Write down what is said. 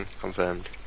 confirmed